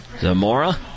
Zamora